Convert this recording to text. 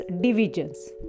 divisions